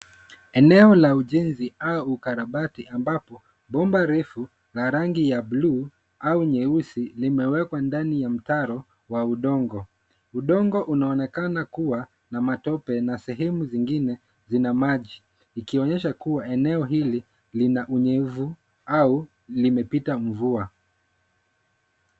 Eneo la ujenzi au ukarabati ambapo bomba refu la rangi ya bluu au nyeusi limewekwa ndani ya mtaro wa udongo. Udongo unaonekana kuwa na matope na sehemu zingine zina maji, ikionyesha kuwa eneo hili lina unyevu au limepita mvua.